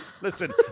Listen